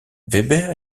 weber